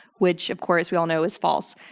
which of course we all know is false.